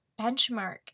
benchmark